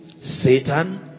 Satan